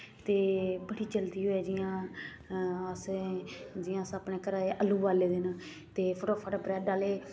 ते बड़ी जल्दी होऐ जि'यां असें जि'यां अस अपने घर आलू बोआले दे न ते फटोफट्ट ब्रैड आह्ले